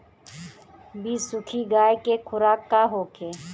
बिसुखी गाय के खुराक का होखे?